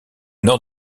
nord